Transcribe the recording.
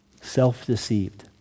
self-deceived